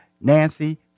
Nancy